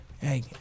hey